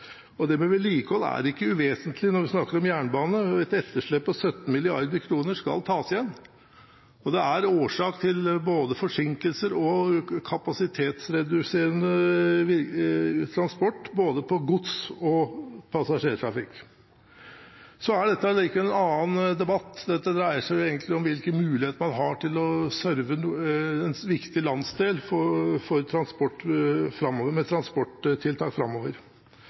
helhetlig budsjett, med det som faktisk ble vedtatt den høsten på grunn av våre påplussinger. Stoltenberg-regjeringen hadde tenkt å styre etter de lave tallene på vedlikehold som de la fram i det budsjettet. Vedlikehold er ikke uvesentlig når man snakker om jernbane, og et etterslep på 17 mrd. kr skal tas igjen. Det er årsak til forsinkelser og kapasitetsreduserende transport både på gods og på passasjertrafikk. Dette er likevel en annen debatt. Dette dreier seg egentlig om hvilke muligheter man